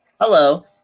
Hello